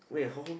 wait how long